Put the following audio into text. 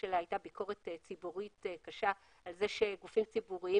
הייתה ביקורת ציבורית קשה על כך שגופים ציבוריים